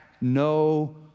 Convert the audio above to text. no